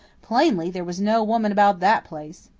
plainly, there was no woman about that place.